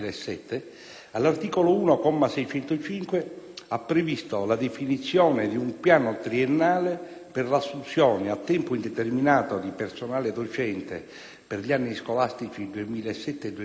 all'articolo 1, comma 605, ha previsto la definizione di un piano triennale per l'assunzione a tempo indeterminato di personale docente per gli anni scolastici 2007-2009;